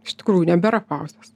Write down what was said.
iš tikrųjų nebėra pauzės